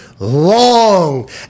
long